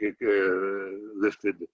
lifted